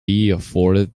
afforded